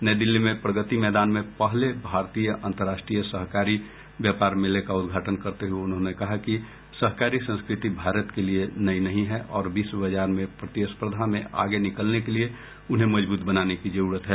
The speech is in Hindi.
नई दिल्ली में प्रगति मैदान में पहले भारतीय अंतर्राष्ट्रीय सहकारी व्यापार मेले का उद्घाटन करते हये उन्होंने कहा कि सहकारी संस्कृति भारत के लिए नई नहीं है और विश्व बाजार में प्रतिस्पर्धा में आगे निकलने के लिए उन्हें मजबूत बनाने की जरूरत है